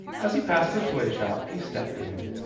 as he passed the toyshop, he stepped in.